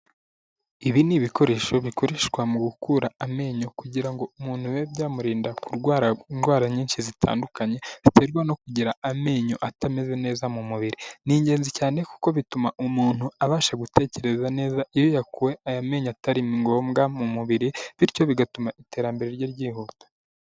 Ibi ni ibikoresho bikoreshwa mu gukura amenyo kugira ngo umuntu bibe byamurinda kurwara indwara nyinshi zitandukanye, ziterwa no kugira amenyo atameze neza mu mubiri. Ni ingenzi cyane kuko bituma umuntu abasha gutekereza neza iyo yakuwe aya menyo atari ngombwa mu mubiri, bityo bigatuma iterambere rye ryihuta.